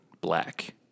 black